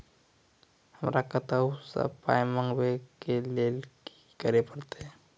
हमरा कतौ सअ पाय मंगावै कऽ लेल की करे पड़त?